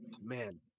man